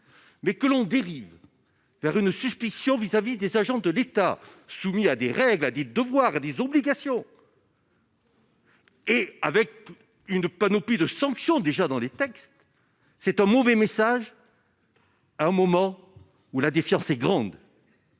mais que l'on dérive vers une suspicion vis-à-vis des agents de l'État, soumis à des règles a des devoirs et des obligations. Et avec une panoplie de sanctions déjà dans les textes, c'est un mauvais message à un moment où la défiance est grande.